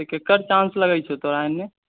तऽ केकर चांस लगै छै तोरा एनी